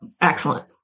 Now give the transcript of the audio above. Excellent